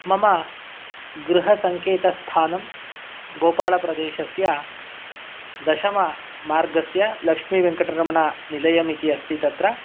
मम गृहसङ्केतस्थानं गोपालप्रदेशस्य दशममार्गस्य लक्ष्मीवेङ्कटरमणनिलयम् इति अस्ति तत्र